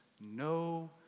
no